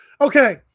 Okay